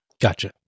Gotcha